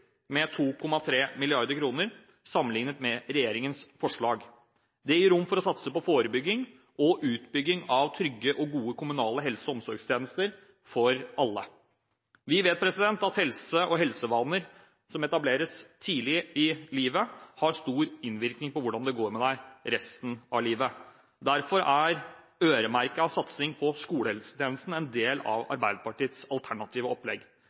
med 2,3 mrd. kr sammenlignet med regjeringens forslag. Det gir rom for å satse på forebygging og utbygging av trygge og gode kommunale helse- og omsorgstjenester for alle. Vi vet at helse og helsevaner som etableres tidlig i livet, har stor innvirkning på hvordan det går med deg resten av livet. Derfor er øremerket satsing på skolehelsetjenesten en del av Arbeiderpartiets alternative opplegg.